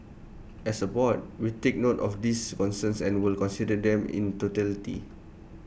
as A board we take note of these concerns and will consider them in totality